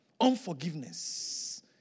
Unforgiveness